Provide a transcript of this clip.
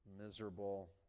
miserable